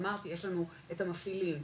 אמרתי יש לנו את המפעילים,